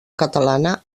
catalana